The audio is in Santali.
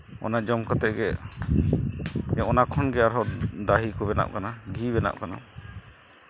ᱚᱱᱟ ᱡᱚᱢ ᱠᱟᱛᱮᱫ ᱜᱮ ᱚᱱᱟ ᱠᱷᱚᱱ ᱦᱚᱸ ᱟᱨᱦᱚᱸ ᱫᱟᱦᱮ ᱵᱮᱱᱟᱜ ᱠᱟᱱᱟ ᱜᱷᱤ ᱵᱮᱱᱟᱜ ᱠᱟᱱᱟ